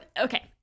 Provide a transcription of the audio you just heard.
Okay